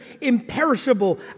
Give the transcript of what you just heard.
imperishable